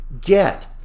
get